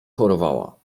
chorowała